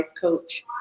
coach